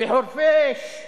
בחורפיש,